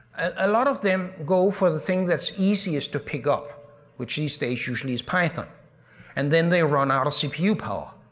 a lot of them go for the thing that's easiest to pick up which these days usually is python and then they run out of cpu power.